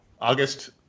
August